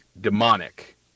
demonic